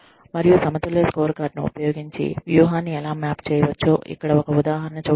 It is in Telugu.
మరియు సమతుల్య స్కోర్కార్డ్ ను ఉపయోగించి వ్యూహాన్ని ఎలా మ్యాప్ చేయవచ్చో ఇక్కడ ఒక ఉదాహరణ చూడండి